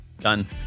Done